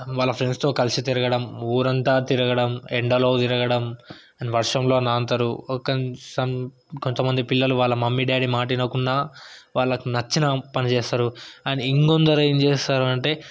వాళ్ళ ఫ్రెండ్స్తో కలిసి తిరగడం ఊరంతా తిరగడం ఎండలో తిరగడం వర్షంలో నానతరు కొంతమది పిల్లలు వాళ్ళ మమ్మీ డాడీ మాట వినకుండా వాళ్ళకు నచ్చిన పని చేస్తారు అండ్ ఇంకొందరు ఏం చేస్తారంటే